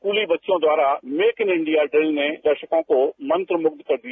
स्कूली बच्चों द्वारा मेक इन इंडिया हिल ने दर्शकों को मंत्र मुख कर दिया